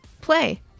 play